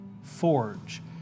forge